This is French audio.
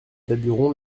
daburon